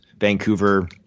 Vancouver